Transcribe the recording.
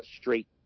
straight